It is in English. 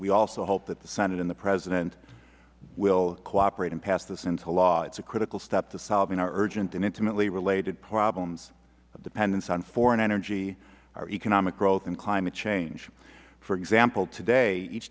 we also hope that the senate and the president will cooperate and pass this into law it's a critical step to solving our urgent and intimately related problems of dependence on foreign energy our economic growth and climate change for example today each